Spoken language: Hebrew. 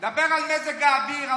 דבר על דברים אחרים.